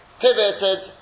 pivoted